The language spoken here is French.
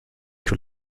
que